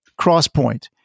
Crosspoint